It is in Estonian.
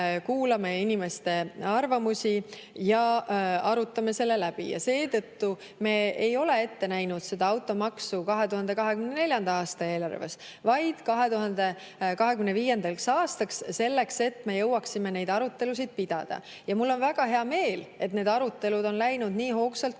kuulame inimeste arvamusi ja arutame selle läbi. Seetõttu me ei ole ette näinud seda automaksu 2024. aasta eelarves, vaid 2025. aastaks, selleks et me jõuaksime neid arutelusid pidada. Mul on väga hea meel, et need arutelud on läinud nii hoogsalt käima